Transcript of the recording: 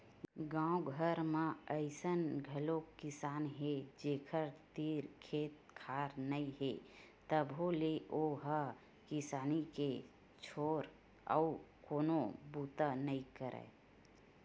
गाँव घर म अइसन घलोक किसान हे जेखर तीर खेत खार नइ हे तभो ले ओ ह किसानी के छोर अउ कोनो बूता नइ करय